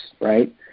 right